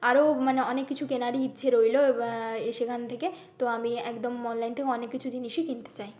আরও মানে অনেক কিছু কেনারই ইচ্ছে রইলো সেখান থেকে তো আমি একদম অনলাইন থেকে অনেক কিছু জিনিসই কিনতে চাই